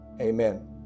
Amen